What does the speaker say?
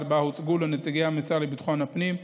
שבה הוצגו לנציגי המשרד לביטחון הפנים,